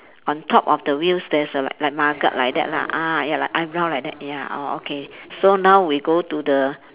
on top of the wheels there's a like like nugget like that lah ah ya like eyebrow like that ya oh okay so now we go to the